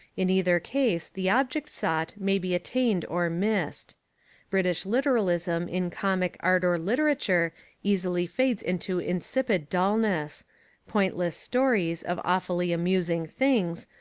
in either case the object sought may be attained or missed british literalism in com ic art or literature easily fades into insipid dullness pointless stories of awfully amusing things,